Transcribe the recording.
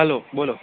hello બોલો